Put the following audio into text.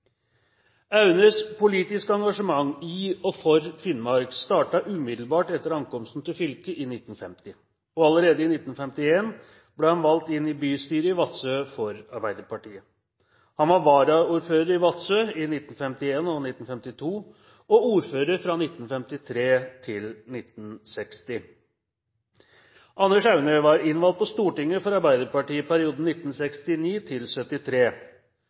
Aunes politiske engasjement i og for Finnmark startet umiddelbart etter ankomsten til fylket i 1950, og allerede i 1951 ble han valgt inn i bystyret i Vadsø for Arbeiderpartiet. Han var varaordfører i Vadsø i 1951 og 1952 og ordfører fra 1953 til 1960. Anders Aune var innvalgt på Stortinget for Arbeiderpartiet i perioden 1969 til